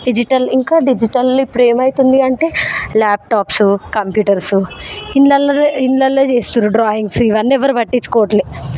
digital ఇంకా digital ఇప్పుడు ఏమైతుందంటే లాప్టాప్స్ కంప్యూటర్స్ ఇళ్ళల్లో ఇళ్ళల్లో చేస్తుర్రు డ్రాయింగ్స్ ఇవన్నీ ఎవరు పట్టించుకోవట్లే